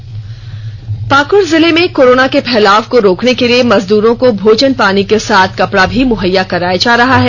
Pakur special story Pakur जिले में corona के फैलाव को रोकने के लिए मजदूरों के भोजन पानी के साथ कपड़ा भी मुहैया कराया जा रहा है